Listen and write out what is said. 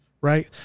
right